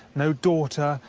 no daughter,